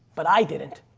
but i didn't.